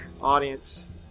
audience